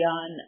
on